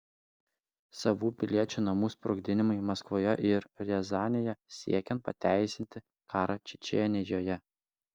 savų piliečių namų sprogdinimai maskvoje ir riazanėje siekiant pateisinti karą čečėnijoje